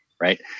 Right